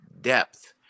depth